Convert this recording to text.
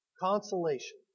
Consolation